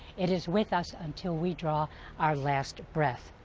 it is with us until we draw our last breath.